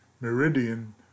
meridian